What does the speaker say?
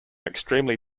extremely